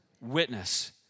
witness